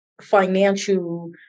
financial